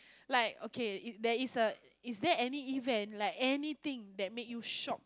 like okay there is a is there any event like anything that made you shock